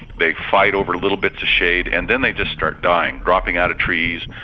they fight over little bits of shade, and then they just start dying, dropping out of trees,